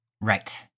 Right